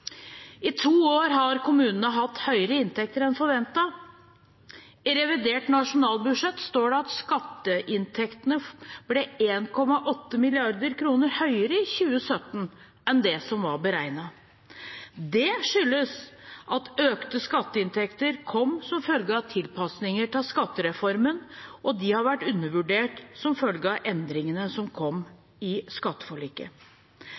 I to år har kommunene hatt høyere inntekter enn forventet. I revidert nasjonalbudsjett står det at skatteinntektene ble 1,8 mrd. kr høyere i 2017 enn det som var beregnet. Det skyldes at økte skatteinntekter kom som følge av tilpasninger til skattereformen, og de har vært undervurdert som følge av endringene som